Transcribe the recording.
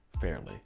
fairly